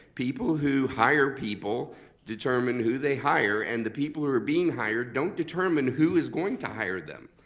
people who hire people determine who they hire and the people who are being hired don't determine who is going to hire them.